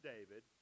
David